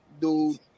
dude